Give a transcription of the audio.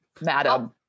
madam